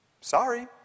Sorry